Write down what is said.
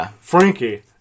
Frankie